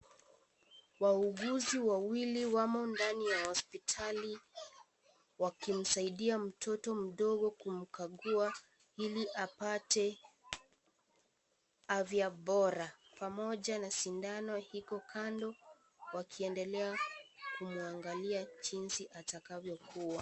Wauguzi wawili wamo ndani ya hospitali wakimsaidia mtoto mdogo kumkagua ili apate afya bora pamoja na sindano iko kando wakiendelea kumwangalia jinsi atakavyo kuwa.